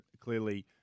clearly